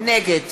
נגד